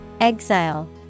Exile